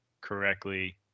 correctly